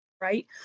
right